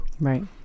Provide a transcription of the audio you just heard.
Right